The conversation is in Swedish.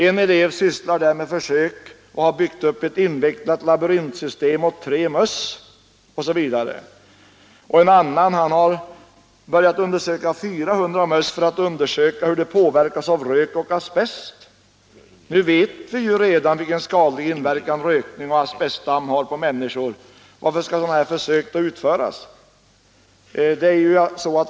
En elev sysslar där med försök, för vilka han har byggt upp ett invecklat labyrintsystem åt tre möss. En annan har önskat sig 400 möss för att undersöka hur de påverkas av rök och asbest. Vi vet ju redan vilken skadlig inverkan rökning och asbestdamm har på människor, så varför skall då sådana här försök få utföras?